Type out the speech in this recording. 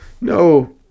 no